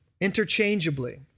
interchangeably